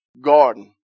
garden